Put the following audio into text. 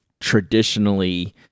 traditionally